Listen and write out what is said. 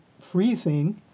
freezing